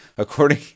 According